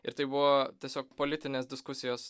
ir tai buvo tiesiog politinės diskusijos